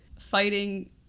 fighting